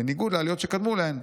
בניגוד לעליות שקדמו להן,